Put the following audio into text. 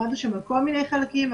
עמדנו שם בכל מיני חלקים.